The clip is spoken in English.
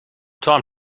time